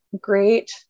great